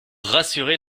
rassurer